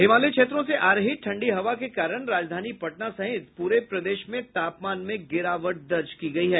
हिमालय क्षेत्रों से आ रही ठंढ़ी हवा के कारण राजधानी पटना सहित पूरे प्रदेश में तापमान में गिरावट दर्ज की गयी है